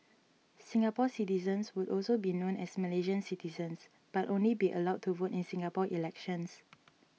Singapore citizens would also be known as Malaysian citizens but only be allowed to vote in Singapore elections